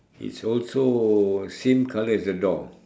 it's also same colour as the door